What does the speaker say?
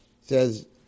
says